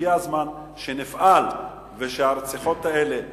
הגיע הזמן שנפעל והרציחות האלה ייפסקו,